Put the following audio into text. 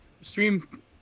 Stream